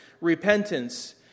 repentance